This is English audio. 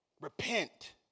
Repent